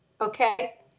okay